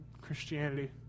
Christianity